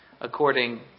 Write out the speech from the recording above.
according